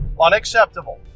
Unacceptable